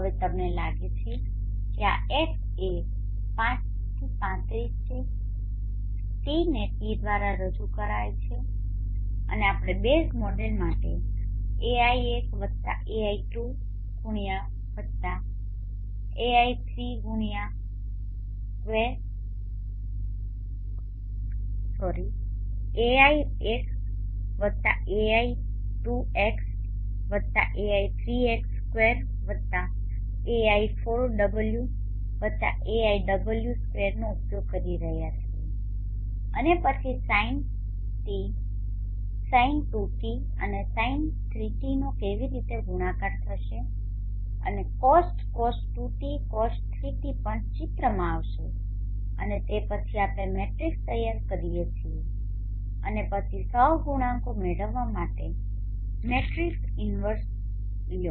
હવે તમને લાગે છે કે આ x એ 5 35 છે τ ને t દ્વારા રજૂ કરવામાં આવ્યુ છે અને આપણે બેઝ મોડેલ માટે ai1ai2x ai3x2ai4waiw2નો ઉપયોગ કરી રહ્યા છીએ અને પછી sint sin2t and sin3tનો કેવી રીતે ગુણાકાર થશે અને cost cos2t cos3t પણ ચિત્રમાં આવશે અને તે પછી આપણે મેટ્રિક્સ તૈયાર કરીએ છીએ અને પછી સહગુણાંકો મેળવવા માટે મેટ્રિક્સ ઇન્વર્સ લો